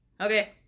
okay